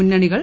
മുന്നണികൾ